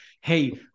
hey